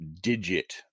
digit